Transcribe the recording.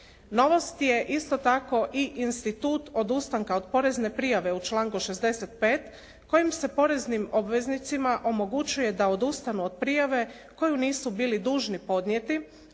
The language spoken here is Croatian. Novost je isto tako i institut odustanka od porezne prijave u članku 65. kojim se poreznim obveznicima omogućuje da odustane od prijave koju nisu bili dužni podnijeti